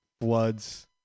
floods